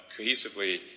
cohesively